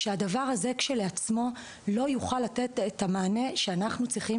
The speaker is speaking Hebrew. שהדבר הזה כשלעצמו לא יוכל לתת את המענה שאנחנו צריכים,